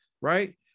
right